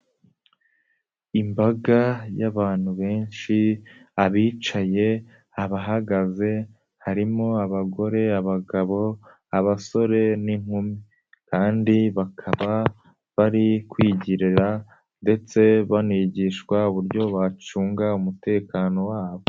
Imbaga y'abantu benshi, abicaye, abahagaze, harimo abagore, abagabo, abasore n'inkumi. Kandi bakaba bari kwigirira ndetse banigishwa uburyo bacunga umutekano wabo.